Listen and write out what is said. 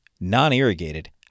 non-irrigated